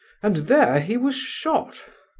and there he was shot.